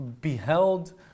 beheld